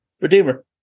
Redeemer